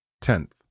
Tenth